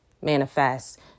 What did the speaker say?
manifest